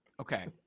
okay